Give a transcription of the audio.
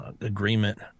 agreement